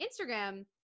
Instagram